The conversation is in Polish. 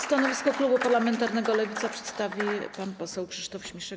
Stanowisko klubu parlamentarnego Lewica przedstawi pan poseł Krzysztof Śmiszek.